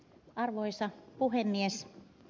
arvoisa puhemies